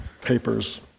papers